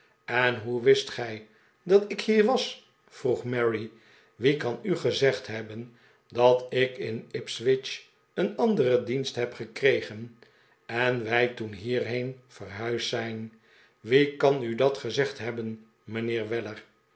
en hoe wist gij dat ik hier was vroeg mary wie kan u gezegd hebben dat ik in ipswich een anderen dienst heb gekregen en wij toen hierheen verhuisd zijn wie kan u dat gezegd hebben mijnheer weller